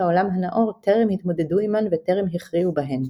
העולם הנאור טרם התמודדו עמן וטרם הכריעו בהן.